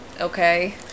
okay